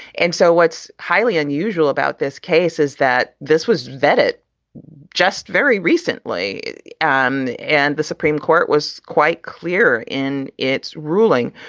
and so what's highly unusual about this case is that this was vetted just very recently and and the supreme court was quite clear in its ruling.